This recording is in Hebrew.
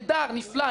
אני בעד.